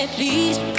Please